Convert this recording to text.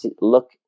look